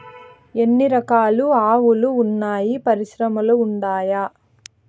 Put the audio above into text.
ఎన్ని రకాలు ఆవులు వున్నాయి పరిశ్రమలు ఉండాయా?